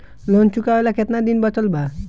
Loan चुकावे ला कितना दिन बचल बा?